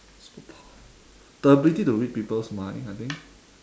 superpower the ability to read people's mind I think